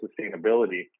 sustainability